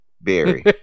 Barry